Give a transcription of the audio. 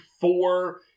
four